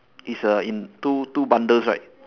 it's a in two two bundles right